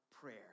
prayer